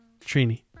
Trini